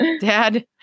dad